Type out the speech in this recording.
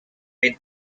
mid